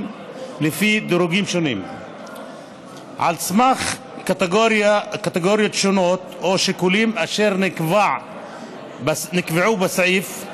לפי דירוגים שונים על סמך קטגוריות שונות או שיקולים אשר נקבעו בסעיף.